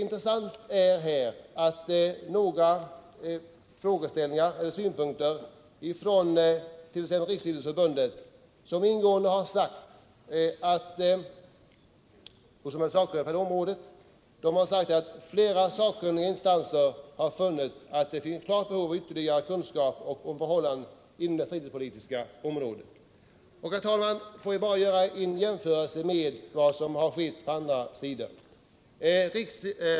Intressant i sammanhanget är att notera att bl.a. de synpunkter som har framförts från Riksidrottsförbundet, som är sakkunnigt på detta område, har föranlett utskottet att konstatera att flera sakkunniga instanser funnit att det finns ett klart behov av ytterligare kunskap om förhållandena inom det fritidspolitiska området. Herr talman! Låt mig också göra en jämförelse med vad som i den här frågan skett på andra håll.